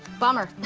bummer.